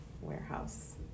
warehouse